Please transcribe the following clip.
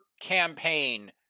campaign